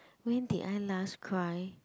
when did I last cry